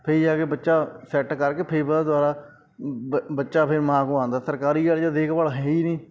ਫੇਰ ਜਾ ਕੇ ਬੱਚਾ ਸੈਟ ਕਰਕੇ ਫੇਰ ਬਾਅਦ 'ਚ ਦੁਬਾਰਾ ਬ ਬੱਚਾ ਫੇਰ ਮਾਂ ਕੋਲ ਆਉਂਦਾ ਸਰਕਾਰੀ ਵਾਲੇ 'ਚ ਦੇਖਭਾਲ ਤਾਂ ਹੈ ਹੀ ਨਹੀਂ